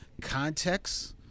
context